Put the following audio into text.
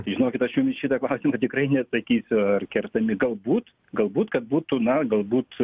žinokit aš jum į šitą klausimą tikrai neatsakysiu ar kertami galbūt galbūt kad būtų na galbūt